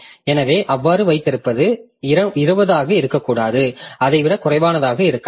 எனவே அவ்வாறு வைத்திருப்பது இவை 20 ஆக இருக்கக்கூடாது அதை விட குறைவானதாக இருக்கலாம்